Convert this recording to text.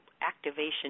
activation